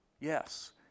yes